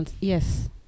yes